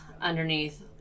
underneath